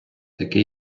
таке